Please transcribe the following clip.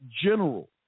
general